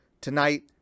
tonight